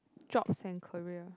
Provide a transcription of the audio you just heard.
jobs and career